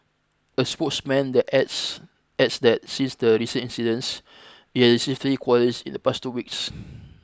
a spokesman that adds adds that since the recent incidents it has received three queries in the past two weeks